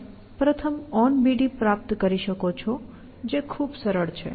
તમે પ્રથમ onBD પ્રાપ્ત કરી શકો છો જે ખૂબ સરળ છે